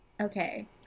Okay